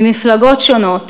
ממפלגות שונות,